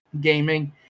gaming